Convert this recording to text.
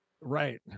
Right